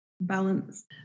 balance